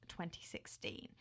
2016